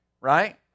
right